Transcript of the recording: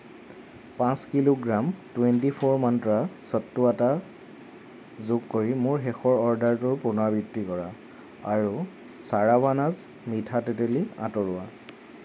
পাঁচ kilogram twenty four Mantra sattu atta যোগ কৰি মোৰ শেষৰ অৰ্ডাৰটোৰ পুনৰাবৃত্তি কৰা আৰু চাৰাভানাছ মিঠা তেতেলী আঁতৰোৱা